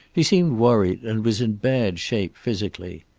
he seemed worried and was in bad shape physically.